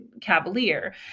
cavalier